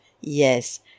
yes